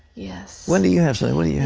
yeah wendy, you have something? wendy yeah.